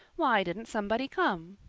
why didn't somebody come?